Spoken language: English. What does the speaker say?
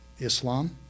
Islam